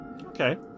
Okay